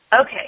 Okay